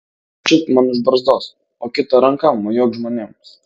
čiupk man už barzdos o kita ranka mojuok žmonėms